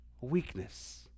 weakness